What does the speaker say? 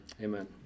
amen